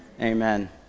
Amen